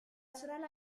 sorella